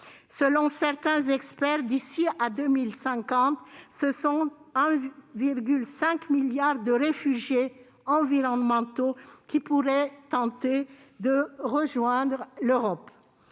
Selon certains experts, d'ici à 2050, près de 1,5 milliard de réfugiés environnementaux pourraient tenter de rejoindre l'Europe.